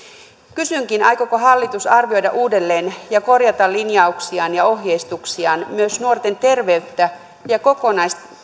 kysynkin aikooko hallitus arvioida uudelleen ja korjata linjauksiaan ja ohjeistuksiaan myös nuorten terveyttä ja